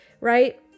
right